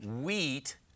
wheat